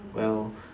well